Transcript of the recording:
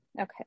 okay